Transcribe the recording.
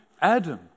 Adam